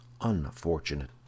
unfortunate